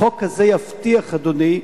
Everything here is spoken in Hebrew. החוק הזה יבטיח, אדוני,